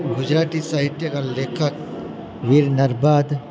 ગુજરાતી સાહિત્યકાર લેખક વીર નર્મદ